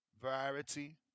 variety